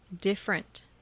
different